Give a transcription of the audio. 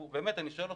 באמת, אני שואל אותך,